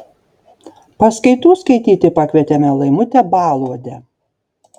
paskaitų skaityti pakvietėme laimutę baluodę